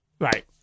Right